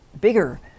bigger